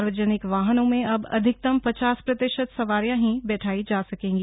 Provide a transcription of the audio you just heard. सार्वजनिक वाहनों में अब अधिकतम पचास प्रतिशत सवारियां ही बैठायी जा सकेंगी